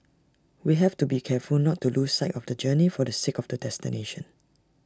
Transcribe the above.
we have to be careful not to lose sight of the journey for the sake of the destination